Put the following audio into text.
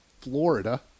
Florida